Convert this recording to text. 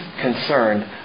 concerned